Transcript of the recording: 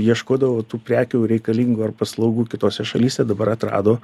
ieškodavo tų prekių reikalingų ar paslaugų kitose šalyse dabar atrado